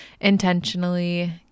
intentionally